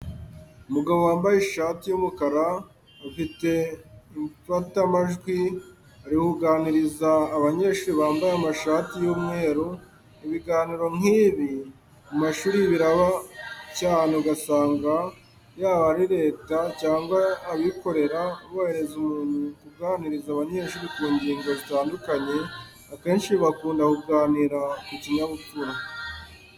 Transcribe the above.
Umugabo wambaye ishati y'umukara afite imfatamajwi ari kuganiriza abanyeshuri bambaye amashati y'umweru. Ibiganiro nkibi mu mashuri biraba cyane ugasanga yaba ari reta cyangwa abikorera bohereje umuntu kuganiriza abanyeshuri ku ngingo zitandukanye, akenshi bakunda kuganira ku kinyabupfura.